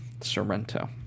Sorrento